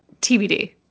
tbd